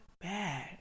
bad